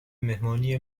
مهمانی